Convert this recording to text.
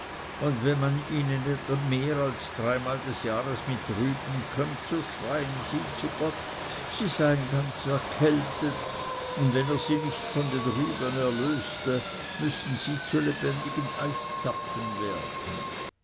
und wenn man ihnen mehr als dreimal des jahres mit rüben kömmt so schreien sie zu gott sie seien ganz erkältet und wenn er sie nicht von den rüben erlöse müßten sie zu lebendigen eiszapfen werden